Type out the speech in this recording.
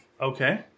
Okay